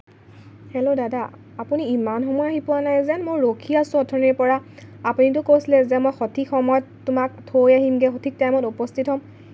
hello দাদা আপুনি ইমান সময় আহি পোৱা নাই যেন মই ৰখি আছোঁ অথনিৰে পৰা আপুনিটো কৈছিলে যে মই সঠিক সময়ত তোমাক থৈ আহিমগৈ যে মই সঠিক সময়ত মই তোমাক থৈ আহিমগৈ সঠিক টাইমত উপস্থিত হ'ম